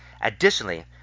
Additionally